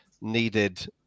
needed